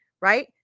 right